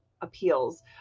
appeals